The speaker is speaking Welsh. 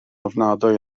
ofnadwy